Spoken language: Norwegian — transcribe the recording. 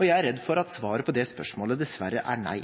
Jeg er redd for at svaret på det spørsmålet dessverre er nei.